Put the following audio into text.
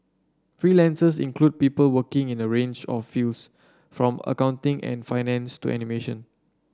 freelancers include people working in a range of fields from accounting and finance to animation